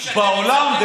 בעולם,